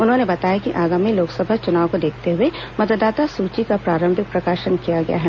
उन्होंने बताया कि आगामी लोकसभा चुनाव को देखते हुए मतदांता सूची का प्रारंभिक प्रकाशन किया गया है